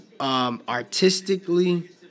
artistically